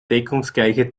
deckungsgleiche